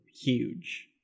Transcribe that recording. huge